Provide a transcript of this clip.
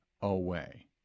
away